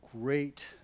great